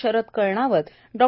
Sharad Kalnawat Dr